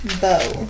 bow